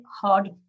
hard